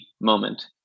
moment